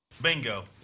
Bingo